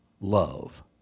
love